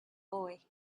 boy